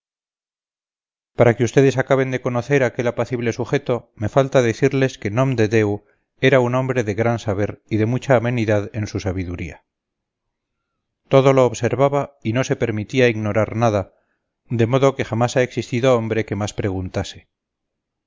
para que ustedes acaben de conocer a aquel apacible sujeto me falta decirles que nomdedeu era un hombre de gran saber y de mucha amenidad en su sabiduría todo lo observaba y no se permitía ignorar nada de modo que jamás ha existido hombre que más preguntase